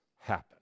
happen